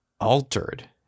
altered